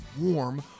warm